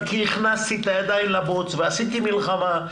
כי הכנסתי את הידיים לבוץ ועשיתי מלחמה.